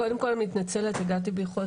קודם כל מתנצלת הגעתי באיחור,